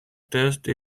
taste